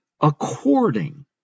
according